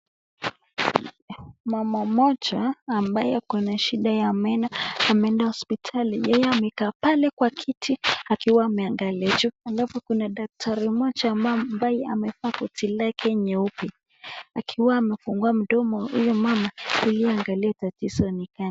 Mama mmoja ambaye ako na shida ya meno ameenda hospitali yeye amekaa pale kwa kiti akiwa ameangalia juu ambapo kuna daktari mmoja ambaye amevaa koti lake nyeupe akiwa amefungua mdomo huyo mama ili aangalie tatizo ni gani.